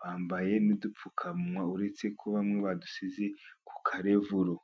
bambaye n'udupfukama uretse kuba bamwe badusize ku karevuro.